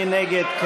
מי נגד?